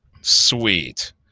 Sweet